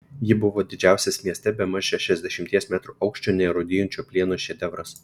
ji buvo didžiausias mieste bemaž šešiasdešimties metrų aukščio nerūdijančio plieno šedevras